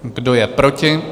Kdo je proti?